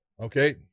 Okay